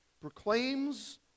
proclaims